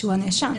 שהוא הנאשם.